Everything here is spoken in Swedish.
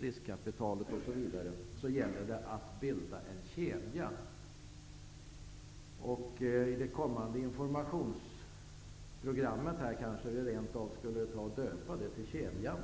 riskkapitalet osv., är att åtgärderna utgör en kedja. Vi kanske t.o.m. skulle döpa det kommande informationsprogrammet till Kedjan.